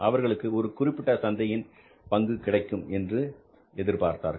அவர்களுக்கு ஒரு குறிப்பிட்ட சந்தையின் பங்கு கிடைக்கும் என்று எதிர்பார்ப்பார்கள்